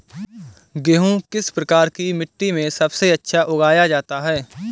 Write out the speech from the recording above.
गेहूँ किस प्रकार की मिट्टी में सबसे अच्छा उगाया जाता है?